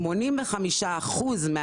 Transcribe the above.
לכן צריך לפתוח אמצעים דיגיטליים.